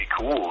cool